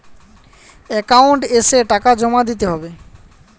Account এসে টাকা জমা দিতে হবে?